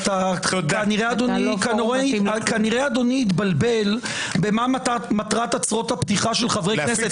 כנראה אדוני התבלבל במטרת הצהרות הפתיחה של חברי כנסת.